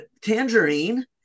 Tangerine